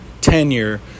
tenure